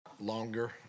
longer